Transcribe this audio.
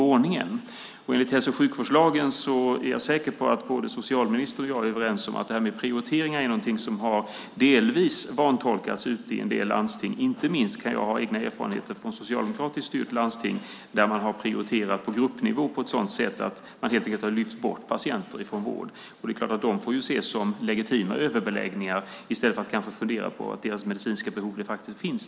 Med tanke på hälso och sjukvårdslagen är jag säker på att socialministern och jag är överens om att detta med prioriteringar delvis har vantolkats i en del landsting. Inte minst har jag egna erfarenheter från ett socialdemokratiskt styrt landsting där man på gruppnivå prioriterat på ett sådant sätt att man helt enkelt lyft bort patienter från vård. Det är klart att dessa patienter ses som legitima överbeläggningar i stället för att tänka på deras medicinska behov som de facto finns.